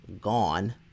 gone